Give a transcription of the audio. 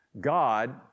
God